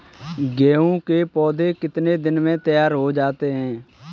गेहूँ के पौधे कितने दिन में तैयार हो जाते हैं?